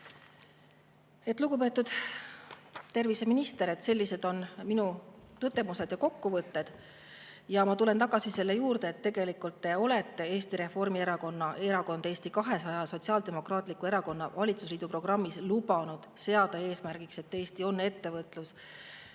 Lugupeetud terviseminister, sellised on minu tõdemused ja kokkuvõte. Ma tulen tagasi selle juurde, et tegelikult olete te Eesti Reformierakonna, Erakond Eesti 200 ja Sotsiaaldemokraatliku Erakonna valitsusliidu programmis lubanud seada eesmärgiks, et Eesti on ettevõtlus-